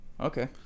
Okay